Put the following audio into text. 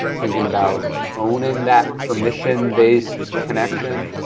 thinking about owning that permission-based connection